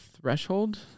threshold